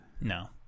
No